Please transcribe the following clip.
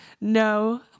no